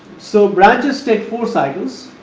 so, branches take four cycles,